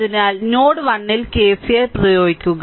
അതിനാൽ നോഡ് 1 ൽ KCL പ്രയോഗിക്കുക